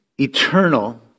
eternal